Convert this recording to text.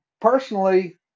personally